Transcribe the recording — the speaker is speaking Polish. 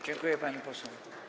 Dziękuję, pani poseł.